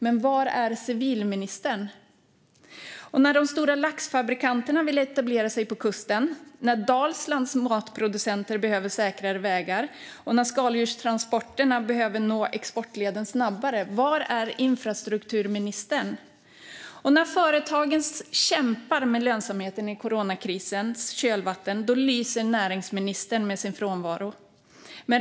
Men var är civilministern? När de stora laxfabrikanterna vill etablera sig på kusten, när Dalslands matproducenter behöver säkrare vägar och när skaldjurstransporterna behöver nå exportleden snabbare, var är då infrastrukturministern? När företagen kämpar med lönsamheten i coronakrisens kölvatten lyser näringsministern med sin frånvaro.